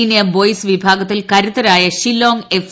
senior boys വിഭാഗത്തിൽ കരുത്തരായ Shillong F